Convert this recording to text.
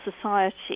society